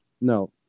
No